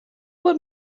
what